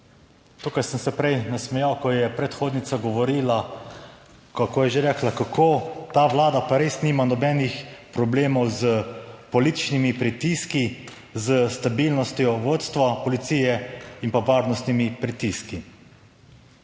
Tukaj sem se prej nasmejal, ko je predhodnica govorila, kako je že rekla, kako ta Vlada pa res nima nobenih problemov s političnimi pritiski, s stabilnostjo vodstva policije in pa varnostnimi pritiski.